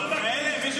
לא מבקרים את כולם.